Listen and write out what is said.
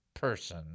person